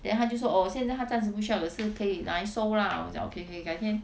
then 她就说 oh 现在她暂时不需要也是可以拿来收 lah 我讲 okay okay 改天